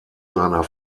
seiner